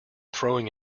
throwing